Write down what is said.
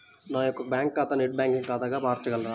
నా యొక్క బ్యాంకు ఖాతాని నెట్ బ్యాంకింగ్ ఖాతాగా మార్చగలరా?